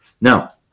Now